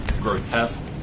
grotesque